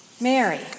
Mary